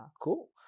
Cool